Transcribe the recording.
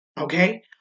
okay